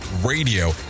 RADIO